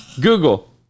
Google